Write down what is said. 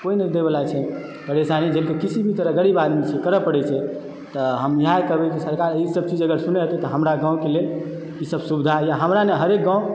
कोइ न दै वला छै परेशानी झेलके किसी भी तरह गरीब आदमी छियै करय परैत छै तऽ हम यहाँ कहबै की सरकार ईसभ चीज अगर सुनय हेतय तऽ हमरा गाँवके लेल ईसभ सुविधा या हमरा नहि हरेक गाँव